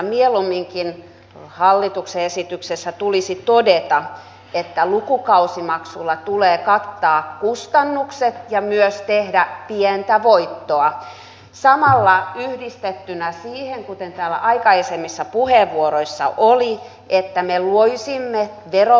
mieluumminkin hallituksen esityksessä tulisi todeta että lukukausimaksulla tulee kattaa kustannukset ja myös tehdä pientä voittoa samalla yhdistettynä siihen kuten täällä aikaisemmissa puheenvuoroissa oli että me loisimme verovähennysjärjestelmän